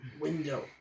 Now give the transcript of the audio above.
Window